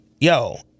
Yo